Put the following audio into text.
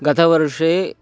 गतवर्षे